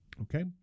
okay